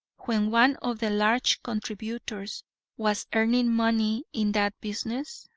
when one of the large contributors was earning money in that business?